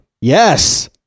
Yes